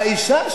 האשה,